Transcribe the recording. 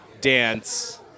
dance